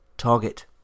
target